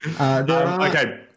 Okay